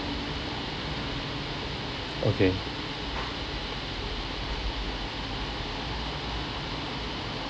okay